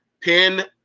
pin